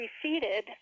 preceded